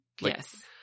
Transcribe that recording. Yes